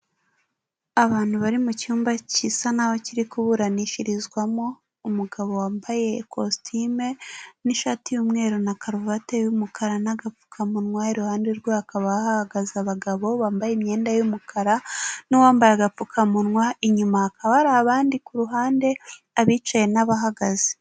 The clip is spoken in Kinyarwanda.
Abantu bari mu cyumba gisa naho kiri kuburanishirizwamo umugabo wambaye ikositime n'ishati y'umweru na karuvati y'umukara n'agapfukamunwa, iruhande rwe hakaba hahagaze abagabo bambaye imyenda y'umukara n'uwambaye agapfukamunwa, inyuma hakaba hari abandi ku ruhande abicaye n'abagaze.